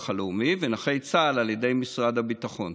הלאומי ונכי צה"ל על ידי משרד הביטחון.